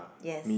yes